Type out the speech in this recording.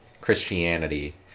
christianity